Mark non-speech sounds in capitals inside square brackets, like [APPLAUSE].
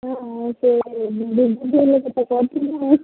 ହୁଁ ମୁଁ ସେ [UNINTELLIGIBLE] କରିଥିଲି